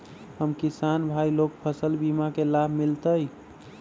हम किसान भाई लोग फसल बीमा के लाभ मिलतई?